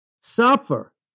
suffer